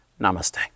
Namaste